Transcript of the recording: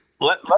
Let